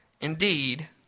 Indeed